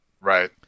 Right